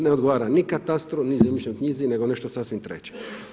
Ne odgovara ni katastru ni zemljišnoj knjizi nego nešto sasvim treće.